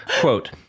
Quote